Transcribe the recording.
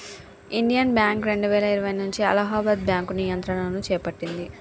Indian Bank రెండువేల ఇరవై నుంచి అలహాబాద్ బ్యాంకు నియంత్రణను చేపట్టింది